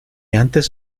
antes